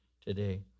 today